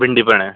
भेंडी पण आहे